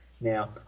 Now